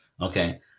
Okay